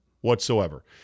whatsoever